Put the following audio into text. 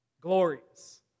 glorious